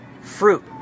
fruit